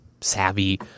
savvy